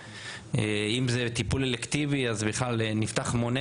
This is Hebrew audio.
ואם זה טיפול אלקטיבי אז נפתח מונה